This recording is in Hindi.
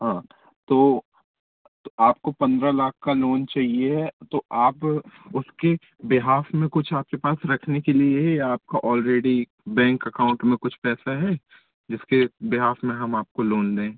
हाँ तो तो आपको पन्द्रह लाख का लोन चहिए है तो आप उसके बिहाफ़ में कुछ आपके पास रखने के लिए है या आपका ऑलरेडी बैंक अकाउंट में कुछ पैसा है जिसके बिहाफ़ में हम आपको लोन दें